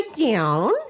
down